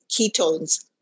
ketones